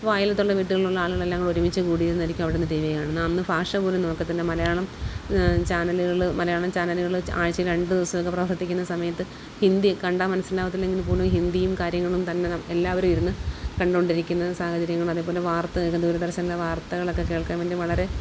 അപ്പോൾ അയലത്തുള്ള വീടുകളിലുള്ള ആളുകളെല്ലാം കൂടി ഒരുമിച്ച് കൂടിയിരുന്നായിരിക്കും അവിടെ നിന്നു ടി വി കാണുന്നത് അന്ന് ഭാഷ പോലും നോക്കത്തില്ല മലയാളം ചാനലുകൾ മലയാളം ചാനലുകൾ ആഴ്ച്ചയിൽ രണ്ടു ദിവസം ഒക്കെ പ്രവർത്തിക്കുന്ന സമയത്ത് ഹിന്ദി കണ്ടാൽ മനസ്സിലാവത്തില്ലെങ്കിൽ പോലും ഹിന്ദിയും കാര്യങ്ങളും തന്നെ എല്ലാവരും ഇരുന്ന് കണ്ടുകൊണ്ടിരിക്കുന്ന സാഹചര്യങ്ങൾ അതേപോലെ വാർത്ത കേൾക്കുന്ന ദൂരദർശൻ്റെ വാർത്തകളൊക്കെ കേൾക്കാൻ വേണ്ടി വളരെ